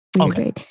Okay